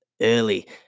early